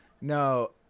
No